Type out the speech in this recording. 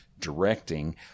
Directing